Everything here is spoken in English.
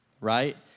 right